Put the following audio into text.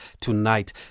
tonight